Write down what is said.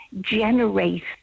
generate